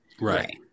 Right